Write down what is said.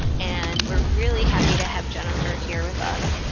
and we're really happy to have jenifer here with us.